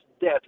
death